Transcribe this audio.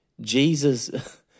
Jesus